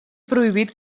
prohibit